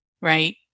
right